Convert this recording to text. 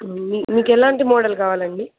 మీకేలాంటి model కావాలండి